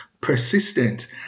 persistent